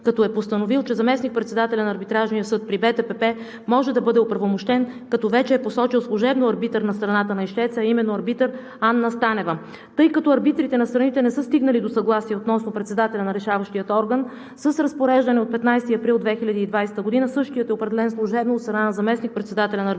като е постановил, че заместник-председателят на Арбитражния съд при Българската търговско-промишлена палата може да бъде оправомощен, като вече е посочил служебно арбитър на страната на ищеца, а именно арбитър Анна Станева. Тъй като арбитрите на страните не са стигнали до съгласие относно председателя на решаващия орган, с Разпореждане от 15 април 2020 г. същият е определен служебно от страна на заместник-председателя на Арбитражния съд